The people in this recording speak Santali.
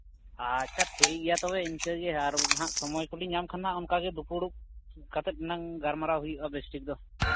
ᱟᱪᱪᱷᱟ ᱴᱷᱤᱠᱜᱮᱭᱟ ᱛᱚᱵᱮ ᱤᱱᱠᱟᱹᱜᱮ ᱟᱨ ᱱᱟᱦᱟᱜ ᱥᱚᱢᱚᱭᱠᱚᱞᱤᱧ ᱧᱟᱢ ᱠᱷᱟᱱᱦᱟᱸᱜ ᱚᱱᱠᱟᱜᱮ ᱫᱩᱯᱩᱲᱩᱵ ᱠᱟᱛᱮᱫ ᱦᱩᱱᱟᱹᱝ ᱜᱟᱞᱢᱟᱨᱟᱣ ᱦᱩᱭᱩᱜᱼᱟ ᱵᱮᱥ ᱴᱷᱤᱠᱫᱚ